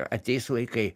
ateis laikai